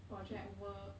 project work